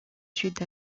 sud